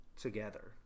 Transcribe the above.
together